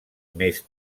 més